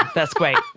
that's great.